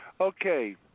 Okay